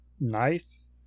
nice